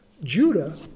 Judah